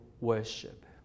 worship